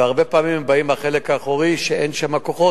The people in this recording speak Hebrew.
והרבה פעמים הם באים מהחלק האחורי, ושם אין כוחות.